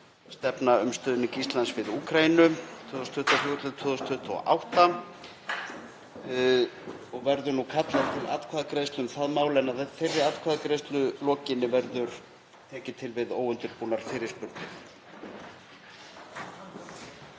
Stefna um stuðning Íslands við Úkraínu 2023–2028. Verður nú kallað til atkvæðagreiðslu um það mál en að þeirri atkvæðagreiðslu lokinni verður tekið til við óundirbúnar fyrirspurnir.